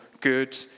good